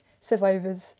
survivors